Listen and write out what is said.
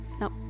no